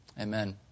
amen